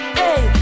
hey